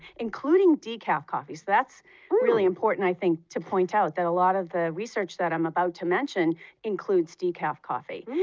including decaf coffee. so that's really important, i think, to point out that a lot of the research that i'm about to mention includes decaf coffee.